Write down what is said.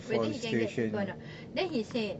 whether he can get people or not then he said